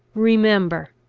remember!